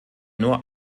nur